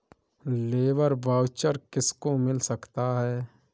Labour voucher किसको मिल सकता है?